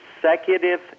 consecutive